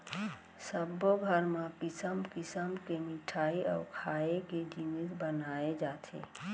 सब्बो घर म किसम किसम के मिठई अउ खाए के जिनिस बनाए जाथे